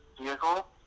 vehicle